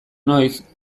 noiz